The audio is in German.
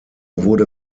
wurde